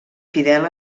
fidel